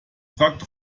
fragt